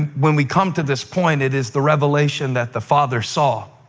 when we come to this point, it is the revelation that the father saw